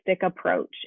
approach